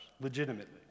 legitimately